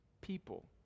people